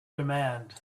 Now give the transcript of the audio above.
demand